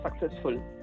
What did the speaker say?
successful